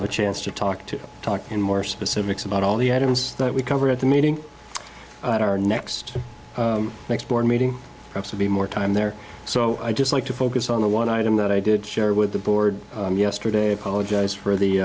have a chance to talk to talk more specifics about all the items that we cover at the meeting at our next next board meeting i will be more time there so i'd just like to focus on the one item that i did share with the board yesterday apologize for the